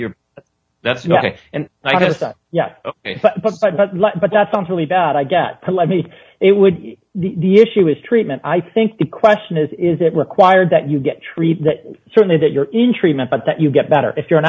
your that's ok and i guess that yeah but but but but that sounds really bad i get to let me it would be the issue is treatment i think the question is is it required that you get treated certainly that you're in treatment but that you get better if you're an